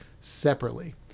separately